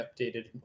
updated